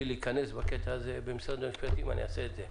להיכנס בקטע הזה במשרד המשפטים אני אעשה את זה.